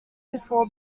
before